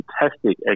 fantastic